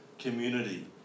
community